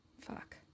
Fuck